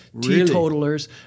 teetotalers